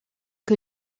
que